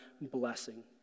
blessing